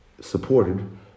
supported